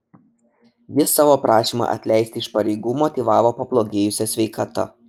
jis savo prašymą atleisti iš pareigų motyvavo pablogėjusia sveikata